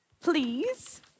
please